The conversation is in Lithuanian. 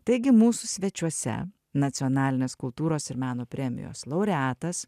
taigi mūsų svečiuose nacionalinės kultūros ir meno premijos laureatas